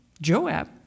Joab